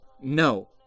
No